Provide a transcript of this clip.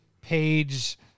page